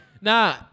Nah